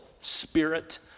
spirit